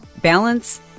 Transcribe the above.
balance